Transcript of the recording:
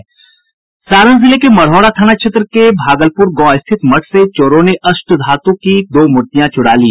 सारण जिले के मढ़ौरा थाना क्षेत्र के भागलपुर गांव स्थित मठ से चोरों ने अष्टधातु के दो मूर्तियां चुरा ली